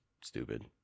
stupid